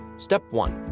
step one.